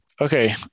Okay